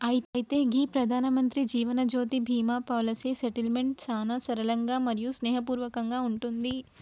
అయితే గీ ప్రధానమంత్రి జీవనజ్యోతి బీమా పాలసీ సెటిల్మెంట్ సానా సరళంగా మరియు స్నేహపూర్వకంగా ఉంటుంది